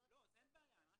--- לא רק